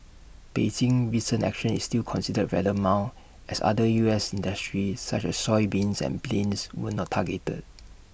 Beijing's recent action is still considered rather mild as other U S industries such as soybeans and planes were not targeted